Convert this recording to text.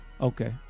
okay